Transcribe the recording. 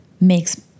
makes